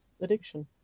addiction